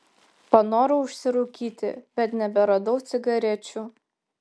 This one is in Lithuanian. panorau užsirūkyti bet neberadau cigarečių